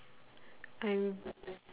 I'm